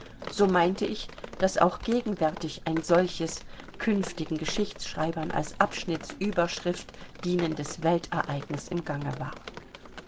so meinte ich daß auch gegenwärtig ein solches künftigen geschichtsschreibern als abschnittsüberschrift dienendes weltereignis im gange war